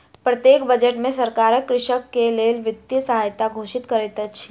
प्रत्येक बजट में सरकार कृषक के लेल वित्तीय सहायता घोषित करैत अछि